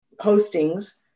postings